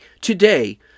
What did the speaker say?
today